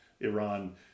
Iran